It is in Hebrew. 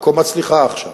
עכו מצליחה עכשיו.